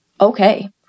okay